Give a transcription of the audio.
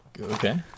Okay